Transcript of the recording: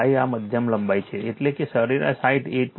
5 આ મધ્ય લંબાઈ છે એટલે કે સરેરાશ હાઇટ 8